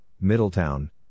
Middletown